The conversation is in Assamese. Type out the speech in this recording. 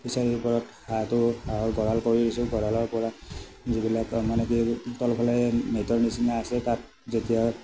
ফিচাৰী ওপৰত হাঁহটো হাঁহৰ গঁঁৰাল কৰি দিছোঁ গৰালৰ পৰা যিবিলাক মানে কি তল ফালে নেটৰ নিচিনা আছে তাত যেতিয়া